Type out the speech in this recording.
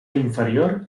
inferior